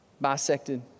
bisected